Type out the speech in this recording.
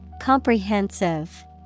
Comprehensive